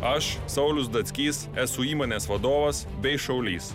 aš saulius datskys esu įmonės vadovas bei šaulys